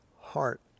heart